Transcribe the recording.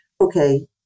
okay